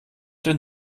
den